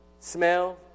smell